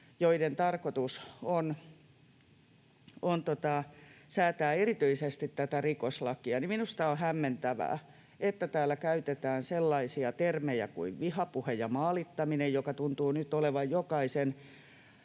joiden tarkoitus on säätää erityisesti tätä rikoslakia, niin minusta on hämmentävää, että täällä käytetään sellaisia termejä kuin ”vihapuhe” ja ”maalittaminen” — nämä kaksi asiaa tuntuvat nyt olevan jokaisen